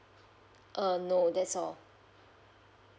err no that's all